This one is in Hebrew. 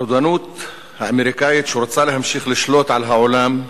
הרודנות האמריקנית, שרוצה להמשיך לשלוט על העולם,